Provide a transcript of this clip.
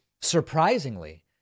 surprisingly